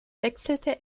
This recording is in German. wechselte